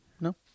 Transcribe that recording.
No